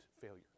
failure